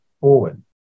forward